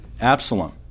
Absalom